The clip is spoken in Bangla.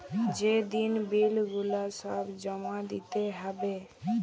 যে দিন বিল গুলা সব জমা দিতে হ্যবে